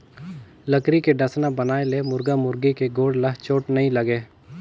लकरी के डसना बनाए ले मुरगा मुरगी के गोड़ ल चोट नइ लागे